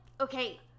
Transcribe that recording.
okay